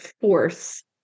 force